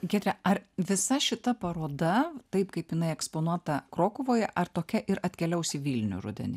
giedre ar visa šita paroda taip kaip jinai eksponuota krokuvoje ar tokia ir atkeliaus į vilnių rudenį